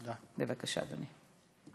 בבקשה, אדוני.